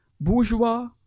bourgeois